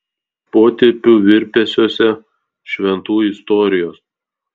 potėpių virpesiuose šventųjų istorijos